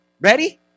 Ready